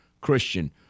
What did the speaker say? Christian